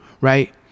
right